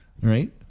right